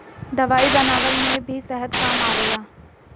दवाई बनवला में भी शहद काम आवेला